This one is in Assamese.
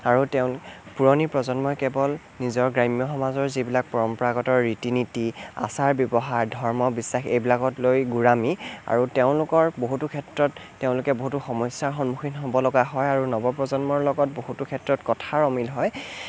আৰু তেওঁ পুৰণি প্ৰজন্মই কেৱল নিজৰ গ্ৰাম্য সমাজৰ যিবিলাক পৰম্পৰাগত ৰীতি নীতি আচাৰ ব্যৱহাৰ ধৰ্ম বিশ্বাস এইবিলাকক লৈ গোড়ামি আৰু তেওঁলোকৰ বহুতো ক্ষেত্ৰত তেওঁলোকে বহুতো সমস্যাৰ সন্মুখীন হ'ব লগা হয় আৰু নৱপ্ৰজন্মৰ লগত বহুতো ক্ষেত্ৰত কথাৰ অমিল হয়